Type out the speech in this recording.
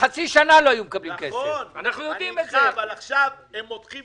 חד משמעית כוונתך הייתה טובה אבל הם מצביעים